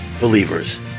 believers